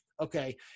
Okay